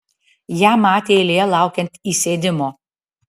ją matė eilėje laukiant įsėdimo